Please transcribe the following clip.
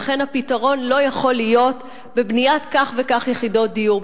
ולכן הפתרון לא יכול להיות בבניית כך וכך יחידות דיור.